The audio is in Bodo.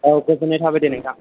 औ गोजोननाय थाबाय दे नोंथां